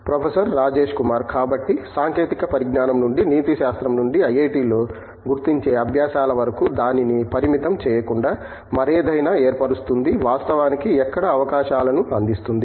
professor Rajesh Kumar కాబట్టి సాంకేతిక పరిజ్ఞానం నుండి నీతిశాస్త్రం నుండి ఐఐటిలో గుర్తించే అభ్యాసాల వరకు దానిని పరిమితం చేయకుండా మరేదైనా ఏర్పరుస్తుంది వాస్తవానికి ఎక్కువ అవకాశాలను అందిస్తుంది